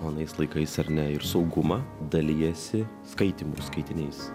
anais laikais ar ne ir saugumą dalijasi skaitymu skaitiniais